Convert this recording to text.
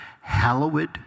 hallowed